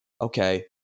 okay